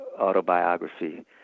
autobiography